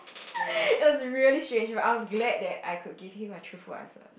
it was really strange but I was glad that I could give him a truthful answer